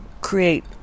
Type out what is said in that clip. create